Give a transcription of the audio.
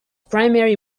primary